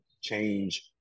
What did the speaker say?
change